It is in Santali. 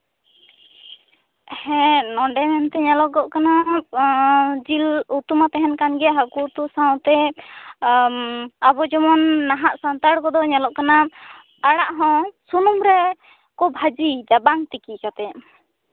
ᱦᱮᱸ ᱱᱚᱰᱮ ᱢᱮᱱᱛᱮ ᱧᱮᱞᱚᱜᱚᱜ ᱠᱟᱱᱟ ᱡᱤᱞ ᱩᱛᱩ ᱢᱟ ᱛᱟᱦᱮᱱ ᱠᱟᱱᱜᱮ ᱦᱟᱹᱠᱩ ᱩᱛᱩ ᱥᱟᱶᱛᱮ ᱟᱵᱚ ᱡᱮᱢᱚᱱ ᱱᱟᱦᱟᱜ ᱥᱟᱱᱛᱟᱲ ᱠᱚᱫᱚ ᱧᱮᱞᱚᱜ ᱠᱟᱱᱟ ᱟᱲᱟᱜ ᱦᱚᱸ ᱥᱩᱱᱩᱢ ᱨᱮᱠᱚ ᱵᱷᱟᱡᱤᱭᱮᱫᱟ ᱵᱟᱝ ᱛᱤᱠᱤ ᱠᱟᱛᱮᱜ